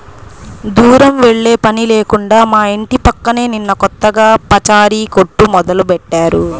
దూరం వెళ్ళే పని లేకుండా మా ఇంటి పక్కనే నిన్న కొత్తగా పచారీ కొట్టు మొదలుబెట్టారు